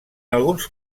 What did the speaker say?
alguns